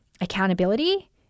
accountability